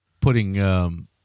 putting